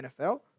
NFL